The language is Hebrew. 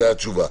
זו התשובה.